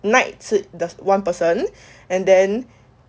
nights 是 that's one person and then